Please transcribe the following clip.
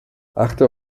achte